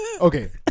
Okay